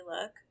look